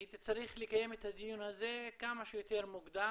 הייתי צריך לקיים את הדיון הזה כמה שיותר מוקדם,